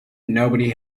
nobody